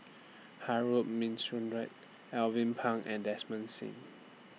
Harun Aminurrashid Alvin Pang and Desmond SIM